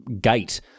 gate